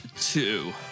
Two